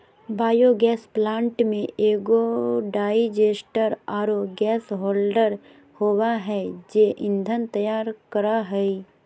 biogas plant में एगो digester आरो गैस होल्डर होबा है जे ईंधन तैयार करा हइ